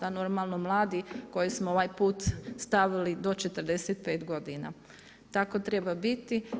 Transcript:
A normalno mladi koje smo ovaj put stavili do 45 godina, tako treba biti.